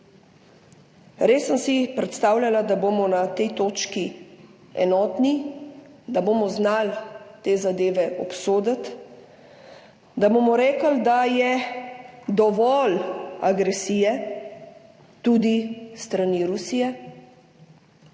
Res sem si predstavljala, da bomo na tej točki enotni, da bomo znali te zadeve obsoditi, da bomo rekli, da je dovolj agresije tudi s strani Rusije,